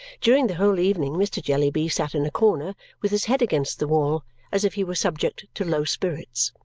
during the whole evening, mr. jellyby sat in a corner with his head against the wall as if he were subject to low spirits.